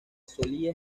solía